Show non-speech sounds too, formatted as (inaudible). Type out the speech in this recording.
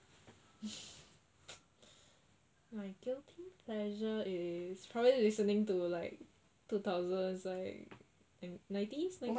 (noise) my guilty pleasure is probably listening to like two thousands like and nineties